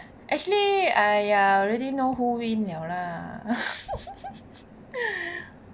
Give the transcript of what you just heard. actually I already know who win liao lah